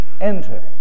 Enter